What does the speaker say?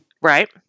Right